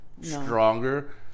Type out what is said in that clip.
stronger